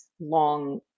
long